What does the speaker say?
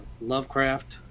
Lovecraft